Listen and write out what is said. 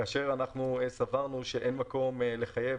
כאשר סברנו שאין מקום לחייב.